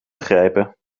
begrijpen